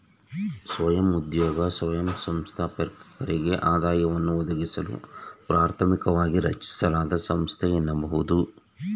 ಸ್ವಯಂ ಉದ್ಯೋಗ ಸಂಸ್ಥಾಪಕರಿಗೆ ಆದಾಯವನ್ನ ಒದಗಿಸಲು ಪ್ರಾಥಮಿಕವಾಗಿ ರಚಿಸಲಾದ ಸಂಸ್ಥೆ ಎನ್ನಬಹುದು